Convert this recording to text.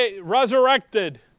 resurrected